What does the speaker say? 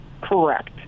correct